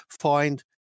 find